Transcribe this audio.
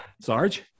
Sarge